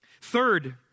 Third